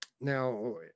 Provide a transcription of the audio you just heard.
Now